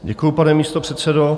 Děkuji, pane místopředsedo.